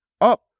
up